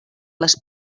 les